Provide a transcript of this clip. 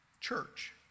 Church